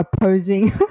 opposing